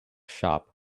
shop